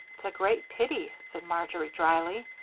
it's a great pity, said marjory, drily,